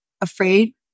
afraid